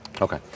Okay